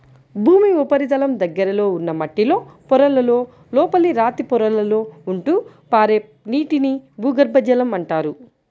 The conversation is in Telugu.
భూమి ఉపరితలం దగ్గరలో ఉన్న మట్టిలో పొరలలో, లోపల రాతి పొరలలో ఉంటూ పారే నీటిని భూగర్భ జలం అంటారు